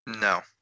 No